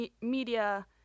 media